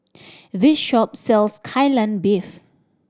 this shop sells Kai Lan Beef